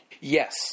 Yes